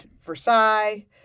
Versailles